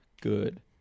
good